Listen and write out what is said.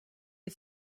you